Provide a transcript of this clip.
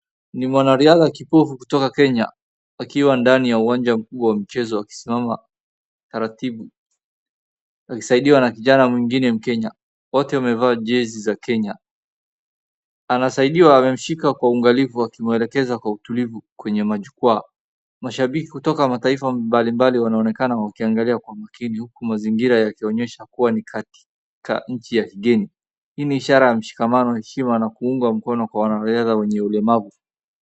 Ni mwanariadha kipofu kutoka Kenya akiwa ndani ya uwanja mkubwa wa mchezo, wakisimama taratibu akisaidiwa na kijana mwingine Mkenya. Wote wamevaa jezi za Kenya. Anasaidiwa, amemshika kwa ungalifu, akimwelekeza kwa utulivu kwenye majukwaa. Mashabiki kutoka mataifa mbalimbali wanaonekana wakiangalia kwa makini, huku mazingira yakionyesha kuwa ni katika nchi ya kigeni. Hii ni ishara ya mshikamano, heshima na kuungwa mkono kwa wanariadha wenye ulemavu.